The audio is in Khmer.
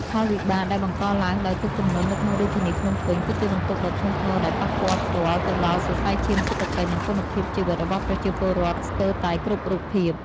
ផលវិបាកដែលបង្កឡើងដោយទឹកជំនន់នៅក្នុងរាជធានីភ្នំពេញ គឺជាបន្ទុកដ៏ធ្ងន់ធ្ងរដែលប៉ះពាល់ផ្ទាល់ទៅដល់សរសៃឈាមសេដ្ឋកិច្ច និងគុណភាពជីវិតរបស់ប្រជាពលរដ្ឋស្ទើរតែគ្រប់រូបភាព។